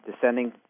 descending